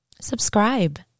subscribe